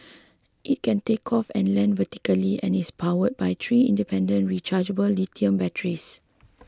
it can take off and land vertically and is powered by three independent rechargeable lithium batteries